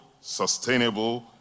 sustainable